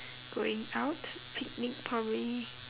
going out picnic probably